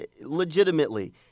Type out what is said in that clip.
legitimately